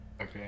Okay